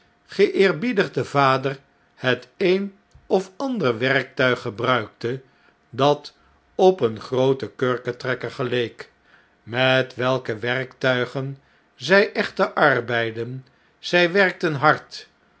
geeerbiedigde vader het een of ander werktuig gebruikte dat op een grooten kurkentrekker geleek met welke werktuigen zfl echter arbeidden zij werkten hard